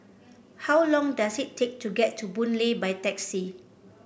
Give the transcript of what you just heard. how long does it take to get to Boon Lay by taxi